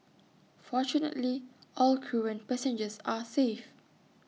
fortunately all crew and passengers are safe